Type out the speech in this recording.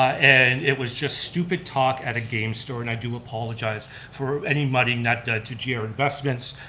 and it was just stupid talk at a game store and i do apologize for anybody not to jeer investments,